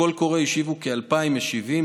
לקול הקורא השיבו כ-2,000 משיבים,